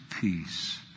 peace